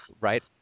right